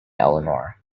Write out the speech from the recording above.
elinor